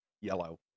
yellow